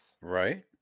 Right